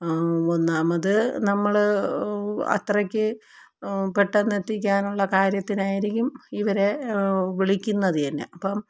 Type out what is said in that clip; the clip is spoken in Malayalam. ഒന്നാമത് നമ്മള് അത്രയ്ക്ക് പെട്ടെന്ന് എത്തിക്കാനുള്ള കാര്യത്തിനായിരിക്കും ഇവരെ വിളിക്കുന്നത് തന്നെ അപ്പോള്